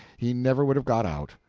he never would have got out.